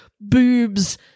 boobs